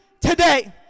today